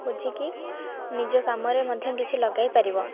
ବୁଝିକି ନିଜ କାମରେ ମଧ୍ୟ କିଛି ଲଗାଇ ପାରିବ